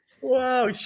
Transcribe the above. Wow